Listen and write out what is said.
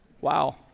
Wow